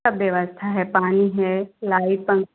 सब व्यवस्था है पानी है लाइट पंखा